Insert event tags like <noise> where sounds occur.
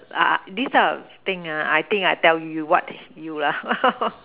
uh this type of thing ah I think I tell you what is you lah <laughs>